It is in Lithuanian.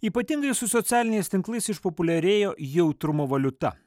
ypatingai su socialiniais tinklais išpopuliarėjo jautrumo valiuta